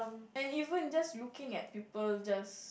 and even just looking at people just